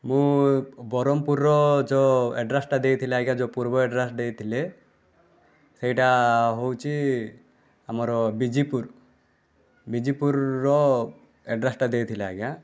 ମୁଁ ବରହ୍ମପୁରର ଯେଉଁ ଆଡ୍ରେସ୍ଟା ଦେଇଥିଲେ ଆଜ୍ଞା ଯେଉଁ ପୂର୍ବ ଆଡ୍ରେସ୍ ଦେଇଥିଲେ ସେଇଟା ହେଉଛି ଆମର ବିଜିପୁର ବିଜିପୁରର ଆଡ୍ରେସ୍ଟା ଦେଇଥିଲି ଆଜ୍ଞା